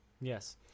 Yes